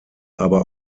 aber